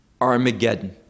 Armageddon